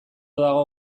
dago